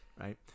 Right